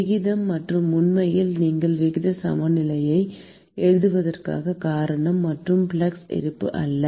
விகிதம் மற்றும் உண்மையில் நீங்கள் விகித சமநிலையை எழுதுவதற்கான காரணம் மற்றும் ஃப்ளக்ஸ் இருப்பு அல்ல